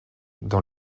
dans